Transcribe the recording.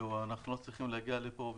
אנחנו לא צריכים להגיע לפה עכשיו.